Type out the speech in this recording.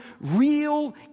real